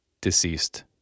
deceased